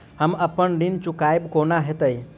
हम अप्पन ऋण चुकाइब कोना हैतय?